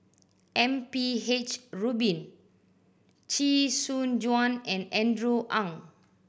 M P H Rubin Chee Soon Juan and Andrew Ang